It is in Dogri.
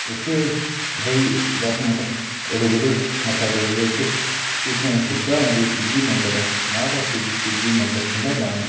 उत्थै थोह्ड़ी दस मिंट रुकदे मत्था टेकदे उत्थै फ्ही उत्थूं दा शिबै औंदे शिवजी दे मंदर मढ़ ऐ शिवजी दा मंदर ठंडा पानी